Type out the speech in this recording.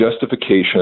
justification